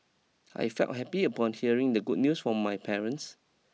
I felt happy upon hearing the good news from my parents